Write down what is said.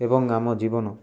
ଏବଂ ଆମ ଜୀବନ